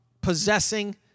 possessing